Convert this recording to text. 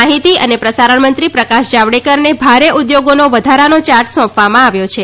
માહિતી અને પ્રસારણ મંત્રી પ્રકાશ જાવડેકરને ભારે ઉદ્યોગોનો વધારાનો ચાર્જ સોંપવામાં આવ્યો છે